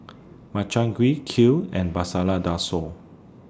Makchang Gui Kheer and Masala Dosa